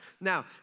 Now